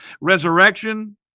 resurrection